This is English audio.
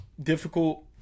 difficult